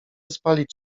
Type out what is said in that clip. spalić